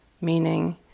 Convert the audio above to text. meaning